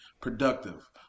productive